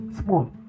small